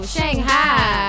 Shanghai